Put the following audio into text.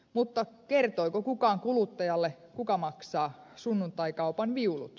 mutta kertoiko kukaan kuluttajalle kuka maksaa sunnuntaikaupan viulut